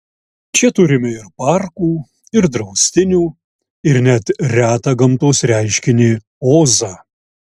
čia turime ir parkų ir draustinių ir net retą gamtos reiškinį ozą